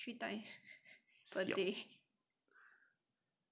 three times per day and don't mind to eat noodles